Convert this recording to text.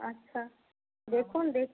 আচ্ছা দেখুন